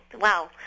Wow